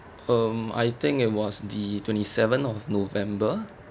um I think it was the twenty seven of november